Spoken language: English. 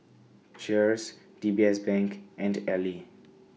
Cheers D B S Bank and Elle